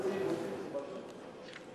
שהמציעים רוצים מקובל גם עלי.